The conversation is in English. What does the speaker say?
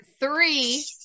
three